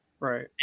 Right